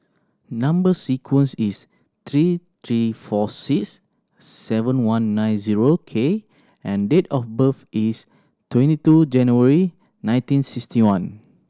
number sequence is three T four six seven one nine zero K and date of birth is twenty two January nineteen sixty one